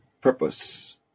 purpose